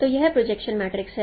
तो यह projection matrix है